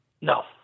No